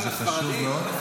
וזה חשוב מאוד.